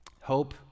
Hope